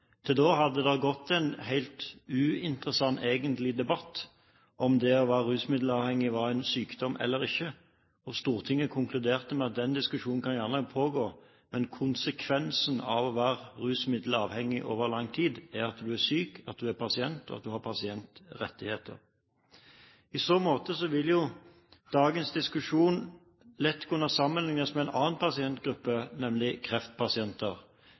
Til da hadde det gått en egentlig helt uinteressant debatt om det å være rusmiddelavhengig var en sykdom eller ikke, hvor Stortinget konkluderte med at den diskusjonen kan gjerne pågå, men konsekvensen av å være rusmiddelavhengig over lang tid er at du er syk, at du er pasient, og at du har pasientrettigheter. I så måte vil jo pasientene i dagens diskusjon lett kunne sammenlignes med en annen pasientgruppe, nemlig kreftpasienter.